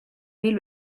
mil